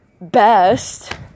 best